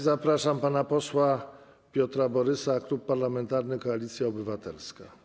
Zapraszam pana posła Piotra Borysa, Klub Parlamentarny Koalicja Obywatelska.